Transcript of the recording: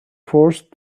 forced